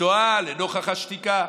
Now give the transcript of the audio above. ותוהה לנוכח השתיקה,